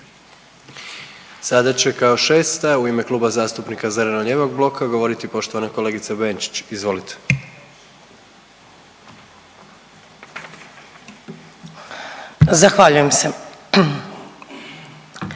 Sada će kao šesta u ime Kluba zastupnika zeleno-lijevog bloka govoriti poštovana kolegica Benčić. Izvolite. **Benčić,